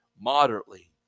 moderately